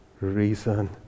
reason